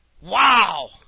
Wow